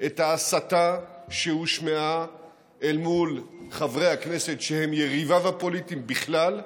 את ההסתה שהושמעה אל מול חברי הכנסת שהם יריביו הפוליטיים בכלל.